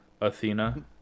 Athena